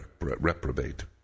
reprobate